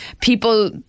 people